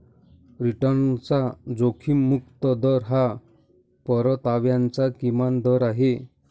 रिटर्नचा जोखीम मुक्त दर हा परताव्याचा किमान दर आहे